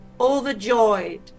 overjoyed